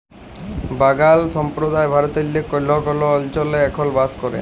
বাগাল সম্প্রদায় ভারতেল্লে কল্হ কল্হ অলচলে এখল বাস ক্যরে